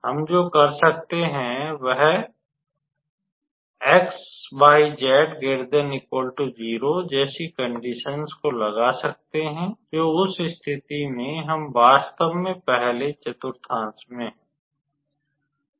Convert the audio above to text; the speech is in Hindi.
हम जो कर सकते हैं वहजैसी कंडिशन्स को लागू कर सकते हैं तो उस स्थिति में हम वास्तव में पहले चतुर्थांश में हैं